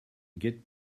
get